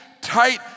tight